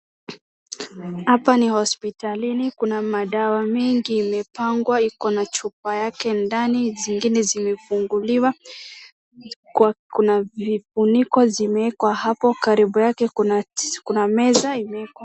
Hapa ni hospitalini kuna madawa mengi imepangwa iko na chupa yake ndani zingine zimefunguliwa kuna vifuniko zimewekwa hapo karibu yake kuna meza imewekwa.